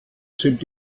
sind